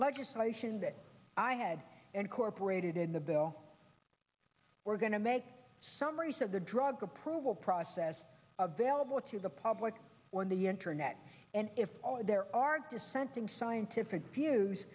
legislation that i had and corporate it in the bill we're going to make summaries of the drug approval process available to the public on the internet and if there are dissenting scientific